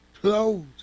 Clothes